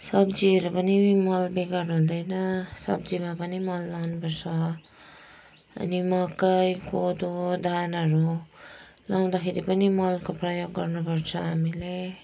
सब्जीहरू पनि मलबेगर हुँदैन सब्जीमा पनि मल लाउनु पर्छ अनि मकै कोदो धानहरू लाउँदाखेरि पनि मलको प्रयोग गर्नुपर्छ हामीले